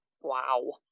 Wow